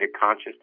conscious